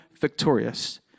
victorious